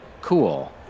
cool